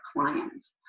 clients